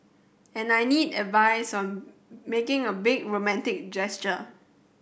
and I need advice on making a big romantic gesture